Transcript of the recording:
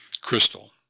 crystal